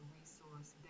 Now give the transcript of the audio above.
resource